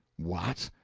what?